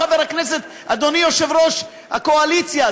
חבר הכנסת אדוני יושב-ראש הקואליציה.